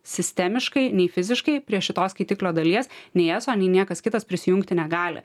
sistemiškai nei fiziškai prie šitos skaitiklio dalies nei eso nei niekas kitas prisijungti negali